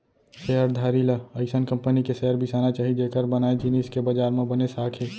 share धारी ल अइसन कंपनी के शेयर बिसाना चाही जेकर बनाए जिनिस के बजार म बने साख हे